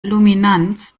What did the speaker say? luminanz